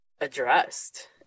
addressed